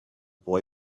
boy